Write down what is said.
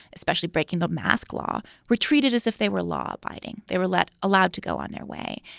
especially breaking the mask law, were treated as if they were law abiding. they were let allowed to go on their way.